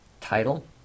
title